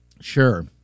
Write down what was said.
Sure